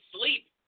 sleep